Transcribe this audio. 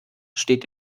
steht